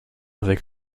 avec